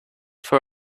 for